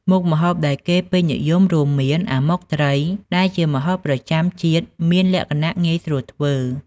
មុខម្ហូបដែលគេពេញនិយមរួមមាន អាម៉ុកត្រី ដែលជាម្ហូបប្រចាំជាតិមានលក្ខណៈងាយស្រួលធ្វើ។